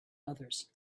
others